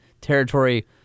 territory